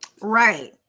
Right